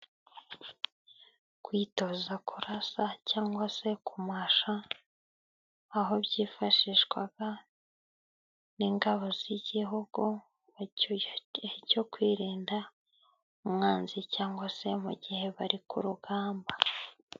Kwitoza kurasa cyangwa se kumusha, aho byifashishwaga n'ingabo z'igihugu mu gihe cyo kwirinda umwanzi, cyangwa se mu gihe bari ku rugamba.